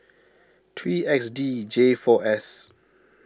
three X D J four S